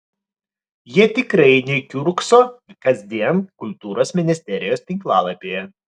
jie tikrai nekiurkso kasdien kultūros ministerijos tinklalapyje